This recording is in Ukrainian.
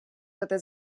туди